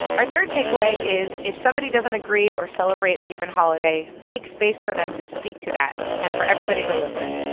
our third takeaway is, if somebody doesn't agree or celebrate a given holiday, make space for them to speak to that and for everybody to listen.